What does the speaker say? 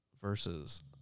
versus